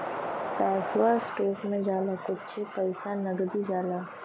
पैसवा स्टोक मे जाला कुच्छे पइसा नगदी जाला